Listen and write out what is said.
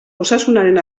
osasunaren